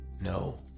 No